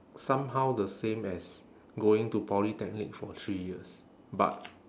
somehow the same as going to polytechnic for three years but